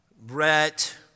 Brett